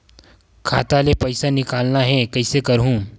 खाता ले पईसा निकालना हे, कइसे करहूं?